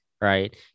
right